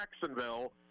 Jacksonville